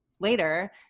later